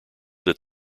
that